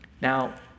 Now